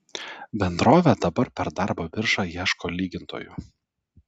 bendrovė dabar per darbo biržą ieško lygintojų